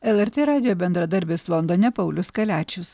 lrt radijo bendradarbis londone paulius kaliačius